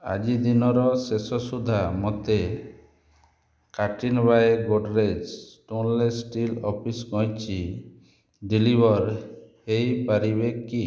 ଆଜିଦିନର ଶେଷ ସୁଦ୍ଧା ମୋତେ କାର୍ଟିନି by Godrej stainless steel office କଇଞ୍ଚି ଡେଲିଭର୍ ହୋଇପାରିବେ କି